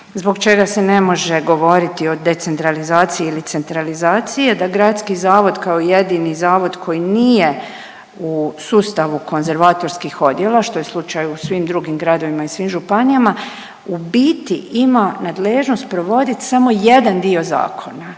zbog čega se ne može govoriti o decentralizaciji ili centralizaciji je da gradski zavod kao jedini zavod koji nije u sustavu konzervatorskih odjela što je slučaj u svim drugim gradovima i svim županijama, u biti ima nadležnost provodit samo jedan dio zakona